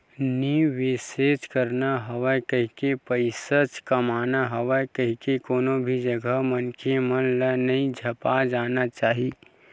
निवेसेच करना हवय कहिके, पइसाच कमाना हवय कहिके कोनो भी जघा मनखे मन ल नइ झपा जाना चाही